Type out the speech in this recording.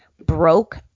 broke